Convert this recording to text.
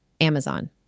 Amazon